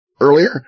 earlier